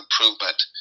improvement